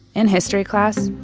in history class,